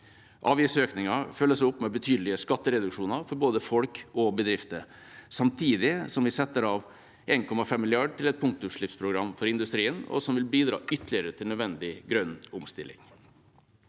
Avgiftsøkningen følges opp med betydelige skattereduksjoner for både folk og bedrifter. Samtidig setter vi av 1,5 mrd. kr til et punktutslippsprogram for industrien, noe som vil bidra ytterligere til nødvendig grønn omstilling.